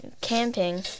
camping